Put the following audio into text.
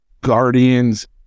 Guardians